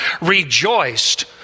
rejoiced